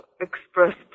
expressed